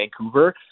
Vancouver